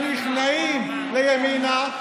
שנכנעים לימינה.